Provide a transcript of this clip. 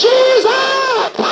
Jesus